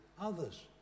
others